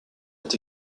ont